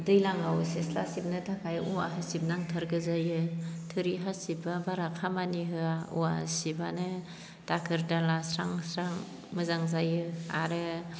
दैजाङाव सिथ्ला सिबनो थाखाय औवा हासिब नांथारगो जायो थोरि हासिबब्ला बारा खामानि होआ औवा हासिबानो दाखोर दाला स्रां स्रां मोजां जायो आरो